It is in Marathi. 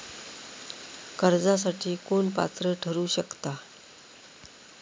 कर्जासाठी कोण पात्र ठरु शकता?